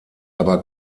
aber